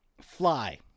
Fly